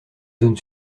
zone